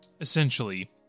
Essentially